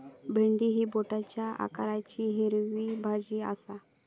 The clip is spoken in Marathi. भेंडी ही बोटाच्या आकाराची हिरवी भाजी आसा